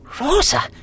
Rosa